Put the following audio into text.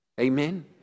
amen